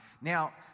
Now